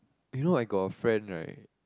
you know I got a friend right